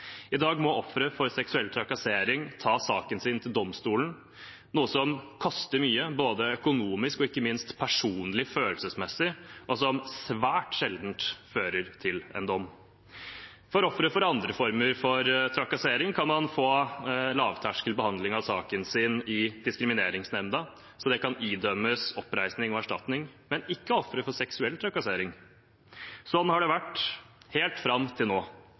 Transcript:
I dag må ofre for seksuell trakassering ta saken sin til domstolen, noe som koster mye både økonomisk og ikke minst personlig og følelsesmessig, og som svært sjelden fører til en dom. Ofre for andre former for trakassering kan få en lavterskelbehandling av saken sin i diskrimineringsnemnda, slik at det kan idømmes oppreisning og erstatning, men ikke ofre for seksuell trakassering. Slik har det vært helt fram til nå.